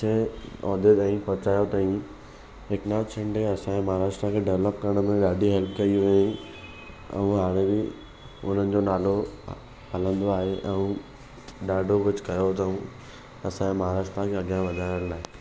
ऊचे उहिदे ताईं पहुचायो अथई एकनाथ शिंडे असांजे महाराष्ट्र खे डेवलप करण में ॾाढी हेल्प कई हुई ऐं हाणे बि हुननि जो नालो हलंदो आहे ऐं ॾाढो कुझु कयो अथऊं असांजे महाराष्ट्र खे अॻियां वधायण लाइ